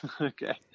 okay